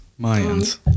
Mayans